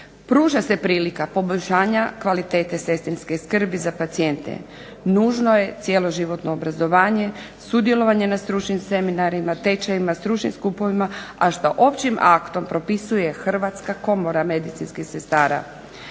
Pruža se prilika poboljšanja kvalitete sestrinske skrbi za pacijente. Nužno je cjeloživotno obrazovanje, sudjelovanje na stručnim seminarima, tečajevima, stručnim studijima a što općim aktom propisuje Hrvatska komora medicinskih sestara.